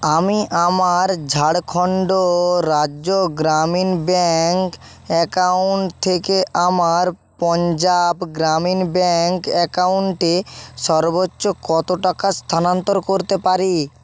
আমি আমার Jharkhand Rajya Gramin bank account থেকে আমার পঞ্জাব গ্রামীণ ব্যাঙ্ক অ্যাকাউন্টে সর্বোচ্চ কত টাকা স্থানান্তর করতে পারি